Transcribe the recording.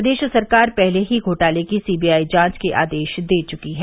प्रदेश सरकार पहले ही घोटाले की सी बी आई जांच के आदेश दे चुकी है